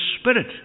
Spirit